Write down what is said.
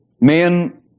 Men